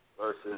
versus